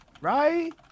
Right